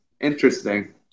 interesting